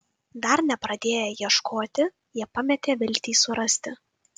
dar nepradėję ieškoti jie pametė viltį surasti